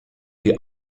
die